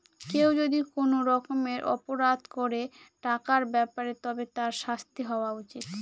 কেউ যদি কোনো রকমের অপরাধ করে টাকার ব্যাপারে তবে তার শাস্তি হওয়া উচিত